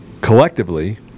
collectively